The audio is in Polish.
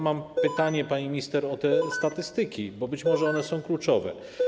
Mam pytanie, pani minister, o te statystyki, bo być może one są kluczowe.